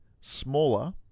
smaller